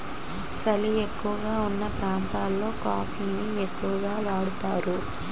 సలి ఎక్కువగావున్న ప్రాంతాలలో కాఫీ ని ఎక్కువగా వాడుతారు